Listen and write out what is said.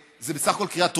זה בסך הכול קריאה טרומית,